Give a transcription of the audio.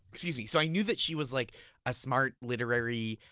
excuse me. so i knew that she was like a smart literary